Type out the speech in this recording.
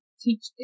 teach